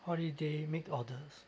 holiday make orders